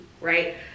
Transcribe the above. Right